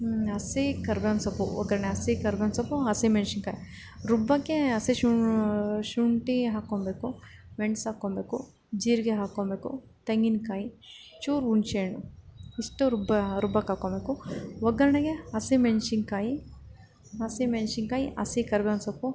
ಹಸಿ ಕರ್ಬೇವಿನ ಸೊಪ್ಪು ಒಗ್ಗರಣೆ ಹಸಿ ಕರ್ಬೇವಿನ ಸೊಪ್ಪು ಹಸಿಮೆಣ್ಸಿನ್ಕಾಯಿ ರುಬ್ಬೋಕೆ ಹಸಿ ಶುಂಠಿ ಹಾಕೊಳ್ಬೇಕು ಮೆಣ್ಸು ಹಾಕ್ಕೊಳ್ಬೇಕು ಜೀರಿಗೆ ಹಾಕ್ಕೊಳ್ಬೇಕು ತೆಂಗಿನ್ಕಾಯಿ ಚೂರು ಹುಣ್ಸೇ ಹಣ್ಣು ಇಷ್ಟು ರುಬ್ಬಿ ರುಬ್ಬೋಕೆ ಹಾಕ್ಕೊಳ್ಬೇಕು ಒಗ್ಗರಣೆಗೆ ಹಸಿಮೆಣ್ಸಿನ್ಕಾಯಿ ಹಸಿಮೆಣ್ಸಿನ್ಕಾಯಿ ಹಸಿ ಕರ್ಬೇವಿನ ಸೊಪ್ಪು